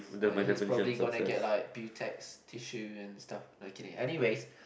okay he probably gonna gets like bill tax tissue and stuff like anyway